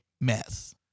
mess